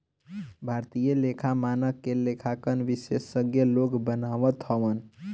भारतीय लेखा मानक के लेखांकन विशेषज्ञ लोग बनावत हवन